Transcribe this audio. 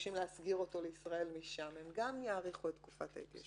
מבקשים להסגיר אותו לישראל משם גם יאריכו את תקופת ההתיישנות.